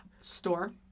Store